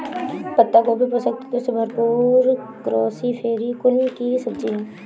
पत्ता गोभी पोषक तत्वों से भरपूर क्रूसीफेरी कुल की सब्जी है